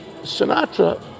Sinatra